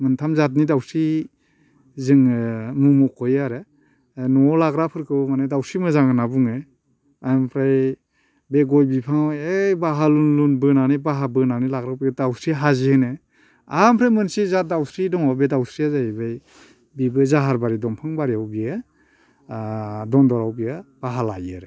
मोनथाम जाथनि दाउस्रि जोङो मुं मखयो आरो न'आव लाग्राफोरखौ माने दाउस्रि मोजां होनना बुङो आमफ्राय बे गय बिफाङा ओइ बाहा लुन लुन बोनानै बाहा बोनानै लाग्राखो दाउस्रि हाजि होनो आमफ्राय मोनसे जाथ दाउस्रि दङ बे दाउस्रिया जाहैबाय बेबो जाहारबारि दंफां बारियाव बियो ओ दनदराव बियो बाहा लायो आरो